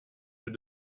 deux